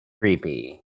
Creepy